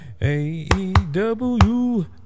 AEW